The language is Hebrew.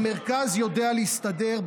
המרכז יודע להסתדר.